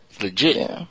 Legit